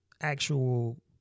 actual